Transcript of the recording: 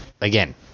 again